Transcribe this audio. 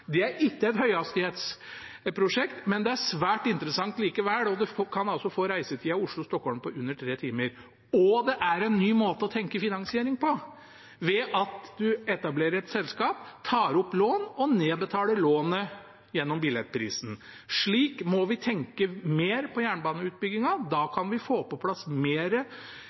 Det er ikke et høyhastighetsprosjekt, men det er svært interessant likevel, og det kan altså få reisetida Oslo–Stockholm ned til under tre timer. Og det er en ny måte å tenke finansiering på, ved at en etablerer et selskap, tar opp lån og nedbetaler lånet gjennom billettprisen. Slik må vi tenke mer når det gjelder jernbaneutbyggingen. Da kan vi få på plass mer